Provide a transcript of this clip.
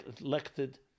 elected